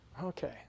Okay